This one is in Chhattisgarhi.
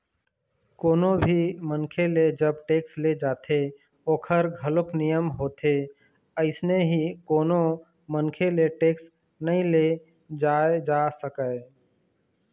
कोनो भी मनखे ले जब टेक्स ले जाथे ओखर घलोक नियम होथे अइसने ही कोनो मनखे ले टेक्स नइ ले जाय जा सकय